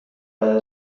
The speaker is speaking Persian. بعد